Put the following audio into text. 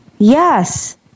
Yes